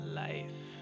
life